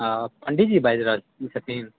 हँ पंडीजी बाजि रहल छथिन